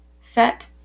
Set